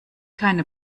keine